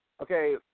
okay